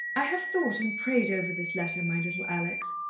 i have thought and prayed over this letter, my little alex,